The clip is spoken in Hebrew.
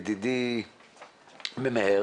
ידידי ממהר